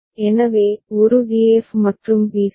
எனவே ஒரு df மற்றும் bce